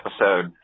episode